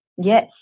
Yes